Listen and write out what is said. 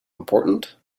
important